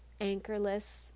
anchorless